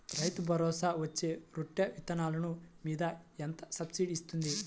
రైతు భరోసాలో పచ్చి రొట్టె విత్తనాలు మీద ఎంత సబ్సిడీ ఇస్తుంది?